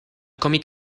cómic